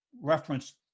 reference